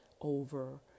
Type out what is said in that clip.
over